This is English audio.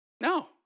No